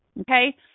Okay